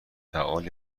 فعال